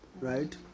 right